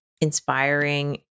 inspiring